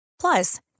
Plus